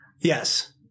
Yes